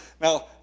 Now